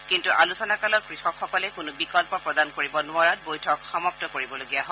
কিন্তু আলোচনাকালত কৃষকসকলে কোনো বিকল্প প্ৰদান কৰিব নোৱাৰাত বৈঠক সমাপ্ত কৰিবলগীয়া হয়